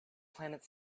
planet